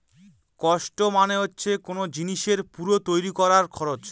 cost মানে হচ্ছে কোন জিনিসের পুরো তৈরী করার খরচ